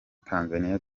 tanzaniya